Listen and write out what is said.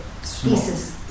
pieces